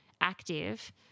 active